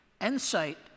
insight